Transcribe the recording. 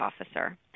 officer